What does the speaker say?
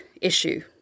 issue